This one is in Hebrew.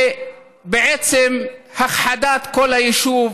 בעצם בהכחדת כל היישוב,